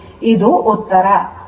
ಇದು ಉತ್ತರ